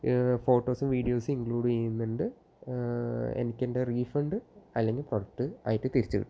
ഫോട്ടോസും വീഡിയോസും ഇൻക്ലൂഡ് ചെയ്യുന്നുണ്ട് എനിക്ക് എന്റെ റീഫണ്ട് അല്ലെങ്കിൽ പ്രോഡക്റ്റ് ആയിട്ട് തിരിച്ചു കിട്ടണം ഓക്കേ